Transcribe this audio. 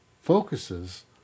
focuses